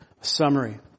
summary